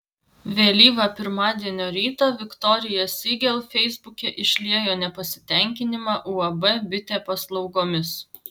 vėlyvą pirmadienio rytą viktorija siegel feisbuke išliejo nepasitenkinimą uab bitė paslaugomis